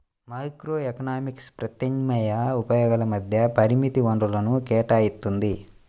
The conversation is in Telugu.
మైక్రోఎకనామిక్స్ ప్రత్యామ్నాయ ఉపయోగాల మధ్య పరిమిత వనరులను కేటాయిత్తుంది